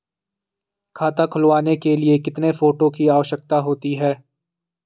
खाता खुलवाने के लिए कितने फोटो की आवश्यकता होती है?